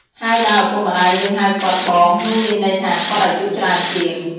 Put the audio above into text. ហើយបើឪពុកម្តាយយើងហៅគាត់ "បង" នោះមានន័យថាគាត់អាយុច្រើនជាង។